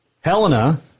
Helena